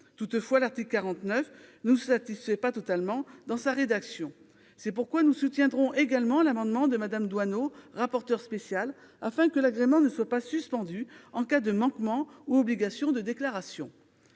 de l'article 49 ne nous satisfait pas totalement. C'est pourquoi nous soutiendrons également l'amendement de Mme Doineau, rapporteure pour la famille, afin que l'agrément ne soit pas suspendu en cas de manquement aux obligations de déclaration.